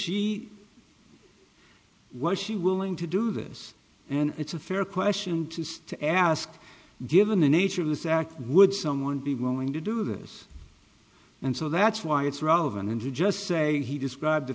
she was she willing to do this and it's a fair question to to ask given the nature of this act would someone be willing to do this and so that's why it's relevant and you just say he described the